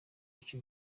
ico